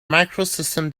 macrosystem